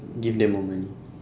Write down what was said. give them more money